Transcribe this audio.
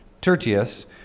Tertius